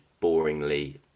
boringly